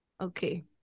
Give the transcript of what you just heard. okay